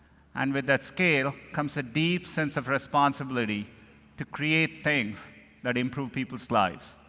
and with that scale comes a deep sense of responsibility to create things that improve people's lives.